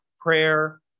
prayer